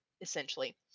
essentially